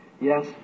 Yes